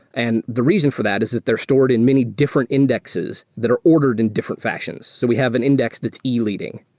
and the reason for that is that they're stored in many different indexes that are ordered in different fashions. so we have an index that you e-leading,